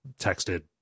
texted